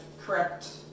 correct